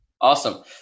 Awesome